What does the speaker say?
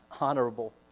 honorable